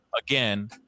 again